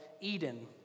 Eden